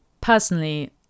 personally